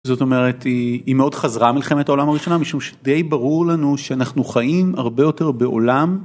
זאת אומרת היא מאוד חזרה מלחמת העולם הראשון משום שדי ברור לנו שאנחנו חיים הרבה יותר בעולם.